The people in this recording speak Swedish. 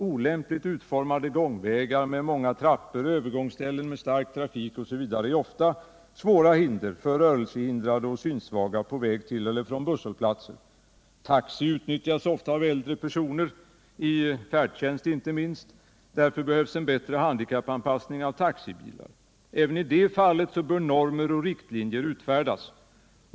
Olämpligt utformade gångvägar med många trappor, övergångsställen med stark trafik etc. utgör ofta svåra hinder för rörelsehindrade och synsvaga på väg till eller från busshållplatser. Taxi utnyttjas ofta av äldre personer, inte minst i färdtjänsten. Därför behövs en bättre handikappanpassning av taxibilar. Även i det fallet bör normer och riktlinjer utfärdas.